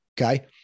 Okay